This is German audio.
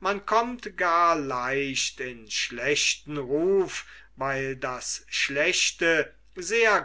man kommt gar leicht in schlechten ruf weil das schlechte sehr